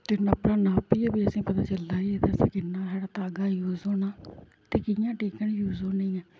ते कपड़ा नापियै फ्ही असेंगी पता चलदा कि एह्दे आस्तै किन्ना साढ़ा धागा यूज़ होना ते कि'यां टिकन यूज़ होनी ऐ